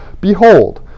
Behold